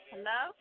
Hello